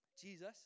Jesus